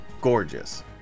gorgeous